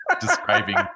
describing